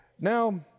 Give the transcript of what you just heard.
Now